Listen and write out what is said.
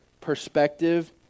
perspective